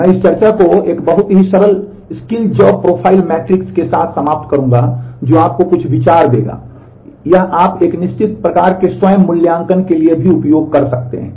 मैं इस चर्चा को एक बहुत ही सरल स्किल जॉब प्रोफाइल मैट्रिक्स के साथ समाप्त करूँगा जो आपको कुछ विचार देगा यह आप एक निश्चित प्रकार के स्वयं मूल्यांकन के लिए भी उपयोग कर सकते हैं